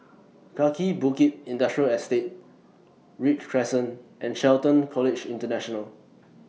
Kaki Bukit Industrial Estate Read Crescent and Shelton College International